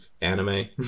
anime